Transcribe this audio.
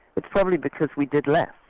but probably because we did less,